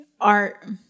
art